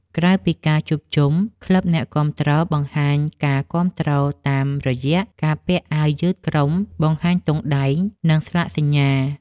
ក្រៅពីការជួបជុំ ក្លឹបអ្នកគាំទ្របង្ហាញការគាំទ្រតាមរយៈការពាក់អាវយឺតក្រុម បង្ហាញទង់ដែង និងស្លាកសញ្ញា។